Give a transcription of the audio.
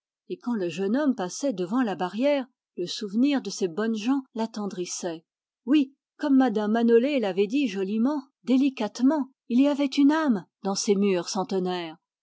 et quand le jeune homme passait devant la maison déserte le souvenir de ces bonnes gens l'attendrissait oui comme mme manolé l'avait dit joliment délicatement il y avait une âme dans ces murs centenaires